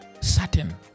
certain